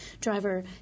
driver